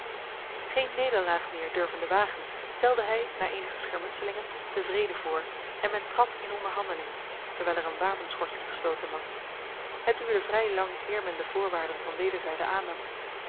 geen nederlaag meer durvende wagen stelde hij na enige schermutselingen de vrede voor en men trad in onderhandeling terwijl er een wapenschorsing gesloten was het duurde vrij lang eer men de voorwaarden van wederzijde aannam